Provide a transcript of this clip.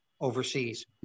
overseas